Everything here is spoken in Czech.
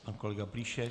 Pan kolega Plíšek?